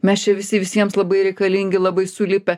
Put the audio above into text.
mes čia visi visiems labai reikalingi labai sulipę